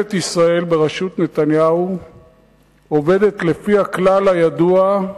ממשלת ישראל בראשות נתניהו עובדת לפי הכלל הידוע,